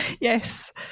Yes